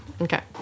okay